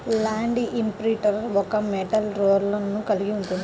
land imprinter ఒక metal రోలర్ను కలిగి ఉంటుంది